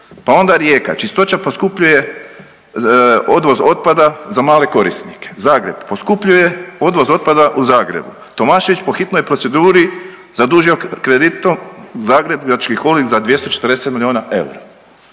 Pa onda Rijeka, Čistoća poskupljuje odvoz otpada za male korisnike. Zagreb poskupljuje odvoz otpada u Zagrebu. Tomašević po hitnoj proceduri zadužio kreditom Zagrebački holding za 240 milijuna eura.